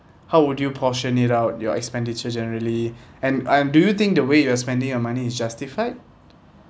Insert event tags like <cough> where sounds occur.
how would you portion it out your expenditure generally <breath> and um do you think the way you are spending your money is justified